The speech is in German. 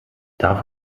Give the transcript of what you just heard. darf